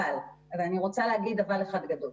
אבל, ואני רוצה להגיד אבל אחד גדול,